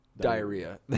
diarrhea